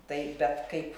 tai bet kaip